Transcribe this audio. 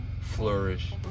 flourish